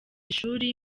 ishuri